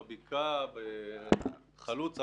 בבקעה, בחלוצה?